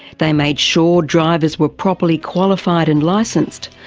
they made sure drivers were properly qualified and licensed,